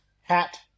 hat